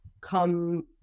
come